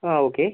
ആഹ് okay